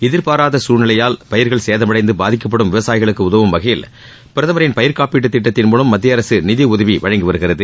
எதிர்பாராத சூழ்நிலையால் பயிர்கள் சேதமடைந்து பாதிக்கப்படும் விவசாயிகளுக்கு உதவும் வகையில் பிரதமரின் பயிர் காப்பீட்டு திட்டத்தின் மூலம் மத்திய அரசு நிதி உதவி வழங்கி வருகிறது